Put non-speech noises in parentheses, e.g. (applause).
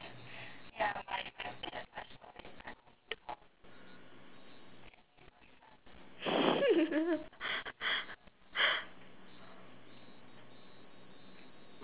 (laughs)